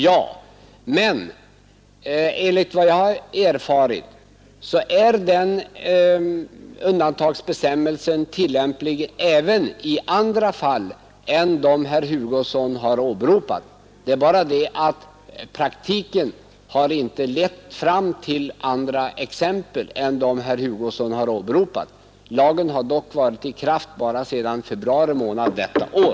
Ja, men enligt vad jag har erfarit är undantagsbestämmelsen tillämplig även i andra fall än dem herr Hugosson nämnde, Praktiken har emellertid inte ännu lett fram till andra exempel, eftersom lagen bara varit i kraft sedan februari månad detta år.